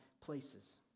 places